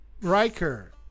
Riker